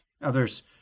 Others